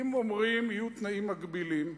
אם אומרים: יהיו תנאים מגבילים,